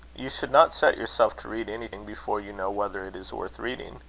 you should not set yourself to read anything, before you know whether it is worth reading.